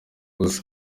ubusa